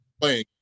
playing